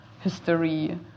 history